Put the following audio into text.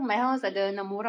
mm